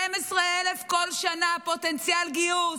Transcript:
12,000 כל שנה פוטנציאל גיוס,